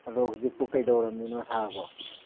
ꯑꯗꯣ ꯍꯧꯖꯤꯛꯄꯨ ꯀꯩꯗꯧꯔꯝꯃꯤꯅꯣ ꯁꯥꯔꯕꯣ